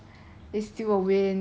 you still get a free